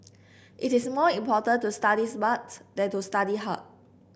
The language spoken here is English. it is more important to study smart than to study hard